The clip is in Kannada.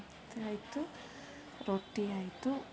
ಮುದ್ದೆ ಆಯಿತು ರೊಟ್ಟಿ ಆಯಿತು